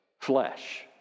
flesh